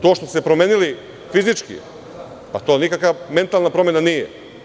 To što ste se promenili fizički, to nikakva mentalna promena nije.